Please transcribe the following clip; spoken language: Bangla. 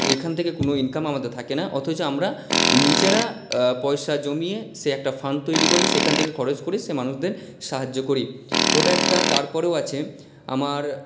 এখান থেকে কোনও ইনকাম আমাদের থাকে না অথচ আমরা নিজেরা পয়সা জমিয়ে সে একটা ফান্ড তৈরি করে সেইখান থেকে খরচ করি সেই মানুষদের সাহায্য করি ওটা একটা তারপরেও আছে আমার